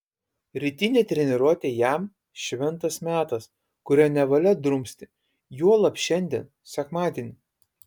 rytinė treniruotė jam šventas metas kurio nevalia drumsti juolab šiandien sekmadienį